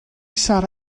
sarra